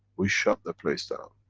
we shut the place down.